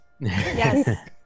Yes